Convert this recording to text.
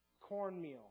cornmeal